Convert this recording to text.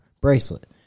bracelet